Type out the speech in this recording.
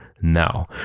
now